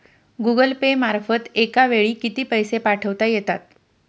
Google Pay मार्फत एका वेळी किती पैसे पाठवता येतात?